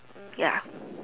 ya